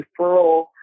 referral